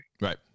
Right